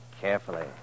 carefully